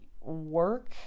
work